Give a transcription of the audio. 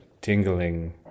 tingling